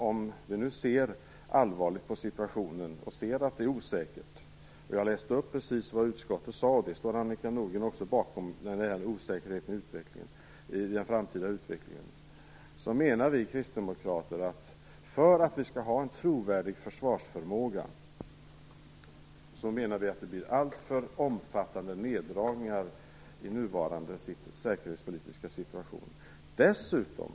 Om vi nu ser allvarligt på den osäkra situationen i Ryssland - jag läste också upp vad utskottet har sagt när det gäller osäkerheten om den framtida utvecklingen, och det står även Annika Nordgren bakom - menar vi kristdemokrater att det blir alltför omfattande neddragningar i nuvarande säkerhetspolitiska situation om vi skall ha en trovärdig försvarsförmåga.